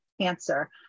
cancer